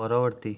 ପରବର୍ତ୍ତୀ